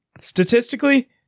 Statistically